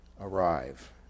arrive